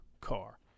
car